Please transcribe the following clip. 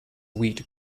wheat